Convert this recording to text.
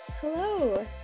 Hello